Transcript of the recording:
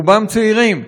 רובם צעירים,